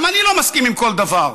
גם אני לא מסכים לכל דבר,